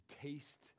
taste